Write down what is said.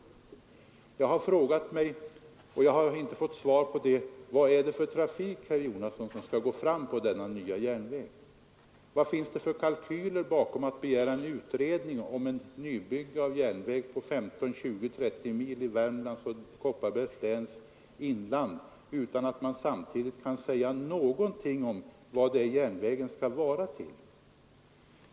Jag har ställt mig frågan men inte fått något svar. Vad slags trafik skall gå fram på denna nya järnväg, herr Jonasson? Vad finns det för kalkyler bakom, när man begär en utredning om en nybyggnad av järnväg på 15—20-—-30 mil i Värmlands och Kopparbergs läns inland utan att man samtidigt kan säga någonting om vartill järnvägen skall användas?